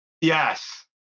Yes